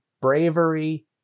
bravery